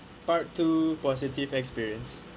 part two positive experience